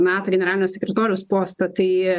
nato generalinio sekretoriaus postą tai